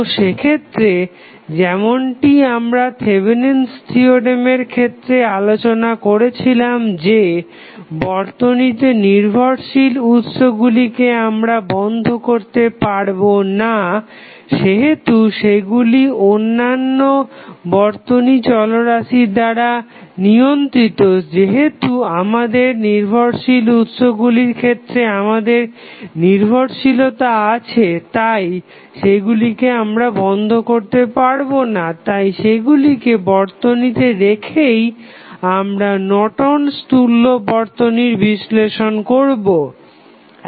তো সেক্ষেত্রে যেমনটি আমরা থেভেনিন'স থিওরেমের Thevenins theorem ক্ষেত্রে আলোচনা করেছিলাম যে বর্তনীতে নির্ভরশীল উৎসগুলিকে আমরা বন্ধ করতে পারবো না যেহেতু সেগুলি অনন্য বর্তনী চলরাশি দ্বারা নিয়ন্ত্রিত যেহেতু আমাদের নির্ভরশীল উৎসগুলির ক্ষেত্রে আমাদের নির্ভরশীলতা আছে তাই সেগুলিকে আমরা বন্ধ করতে পারবো না তাই সেগুলিকে বর্তনীতে রেখেই আমরা নর্টন'স তুল্য Nortons equivalent বর্তনীর বিশ্লেষণ করবো